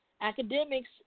academics